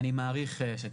אני מעריך שכן.